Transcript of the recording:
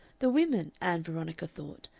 the women, ann veronica thought,